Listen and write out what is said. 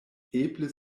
eble